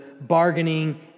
bargaining